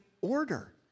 order